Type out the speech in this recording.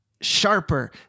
sharper